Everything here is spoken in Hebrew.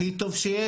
הכי טוב שיש?